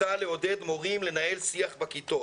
מטרתה לעודד מורים, לנהל שיח בכיתות.